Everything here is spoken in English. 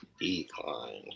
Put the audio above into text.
Decline